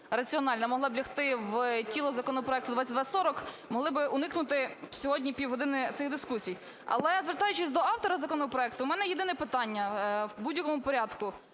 могла лягти в тіло законопроекту 2240, могли б уникнути сьогодні півгодини цих дискусій. Але, звертаючись до автора законопроекту, у мене єдине питання, у будь-якому порядку: